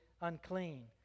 unclean